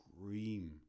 scream